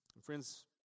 Friends